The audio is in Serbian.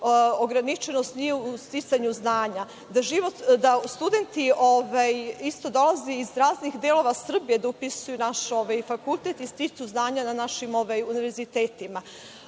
ograničenost nije u sticanju znanja, studenti dolaze iz raznih delova Srbije da upisuju naš fakultet i stiču znanja na našem univerzitetu.